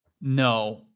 No